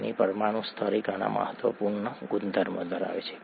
પાણી પરમાણુ સ્તરે ઘણા મહત્વપૂર્ણ ગુણધર્મો ધરાવે છે